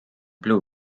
blue